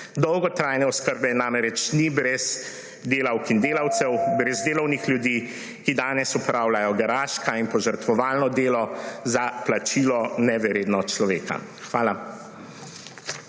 Dolgotrajne oskrbe namreč ni brez delavk in delavcev, brez delovnih ljudi, ki danes opravljajo garaško in požrtvovalno delo za plačilo, nevredno človeka. Hvala.